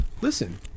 Listen